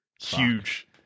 Huge